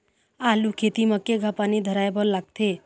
आलू खेती म केघा पानी धराए बर लागथे?